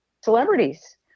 celebrities